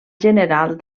general